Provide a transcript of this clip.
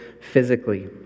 physically